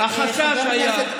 חבר הכנסת שטרן,